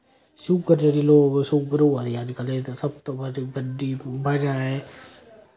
sugar जेह्ड़ी लोक sugar होआ दी अज्जकल ते एह् ते सब तो बड्डी बजह ऐ